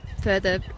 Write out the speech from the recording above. further